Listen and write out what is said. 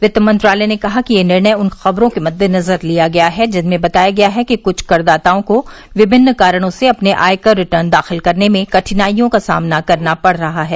वित्त मंत्रालय ने कहा कि यह निर्णय उन खबरों के मद्देनजर लिया गया है जिनमें बताया गया है कि कुछ करदाताओं को विभिन्न कारणों से अपने आयकर रिटर्न दाखिल करने में कठिनाइयों का सामना करना पढ़ रहा है